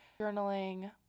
journaling